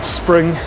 spring